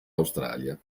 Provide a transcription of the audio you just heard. australia